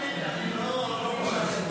הכול בסדר.